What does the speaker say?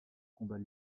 combats